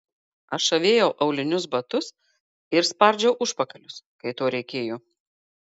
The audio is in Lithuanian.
aš avėjau aulinius batus ir spardžiau užpakalius kai to reikėjo